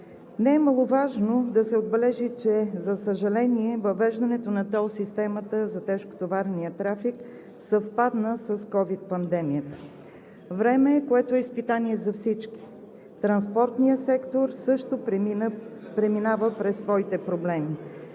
Не е маловажно да се отбележи, за съжаление, че въвеждането на тол системата за тежкотоварния трафик съвпадна с ковид пандемията – време, което е изпитание за всички. Транспортният сектор също преминава през своите проблеми.